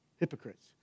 Hypocrites